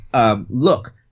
Look